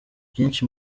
byinshi